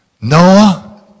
Noah